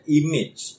image